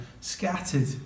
scattered